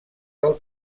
del